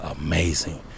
amazing